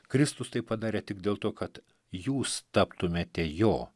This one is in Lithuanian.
kristus tai padarė tik dėl to kad jūs taptumėte jo